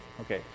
okay